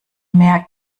mehr